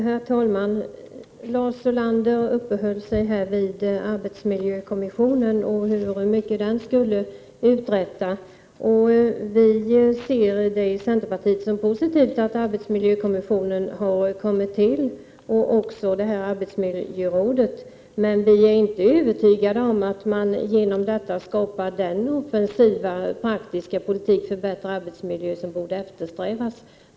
Herr talman! Lars Ulander uppehöll sig vid arbetsmiljökommissionen och kring hur mycket den skulle uträtta. Vi i centerpartiet anser det vara positivt att arbetsmiljökommissionen och arbetsmiljörådet har kommit till, men vi är inte övertygade om att detta leder till den offensiva, praktiska politik för bättre arbetsmiljö som borde eftersträvas.